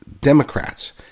Democrats